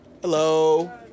Hello